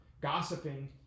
gossiping